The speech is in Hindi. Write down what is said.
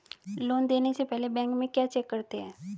लोन देने से पहले बैंक में क्या चेक करते हैं?